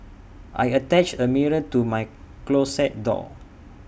I attached A mirror to my closet door